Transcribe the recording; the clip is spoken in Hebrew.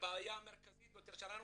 והבעיה המרכזית ביותר שלנו,